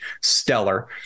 stellar